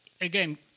again